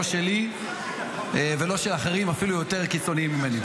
לא שלי ולא של אחרים אפילו יותר קיצוניים ממני,